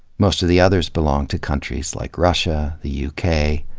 most of the others belong to countries like russia, the u k,